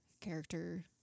character